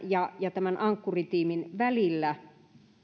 ja ja ankkuri tiimin välillä